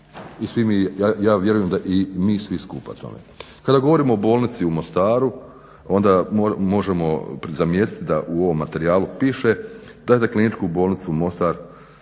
ja vjerujem da i mi svi skupa tome. Kada govorim o bolnici u Mostaru onda možemo zamijetiti da u ovom materijalu piše da je za Kliničku bolnicu Mostar